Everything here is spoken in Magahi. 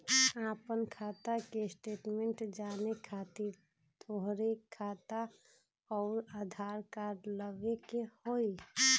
आपन खाता के स्टेटमेंट जाने खातिर तोहके खाता अऊर आधार कार्ड लबे के होइ?